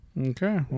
Okay